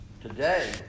today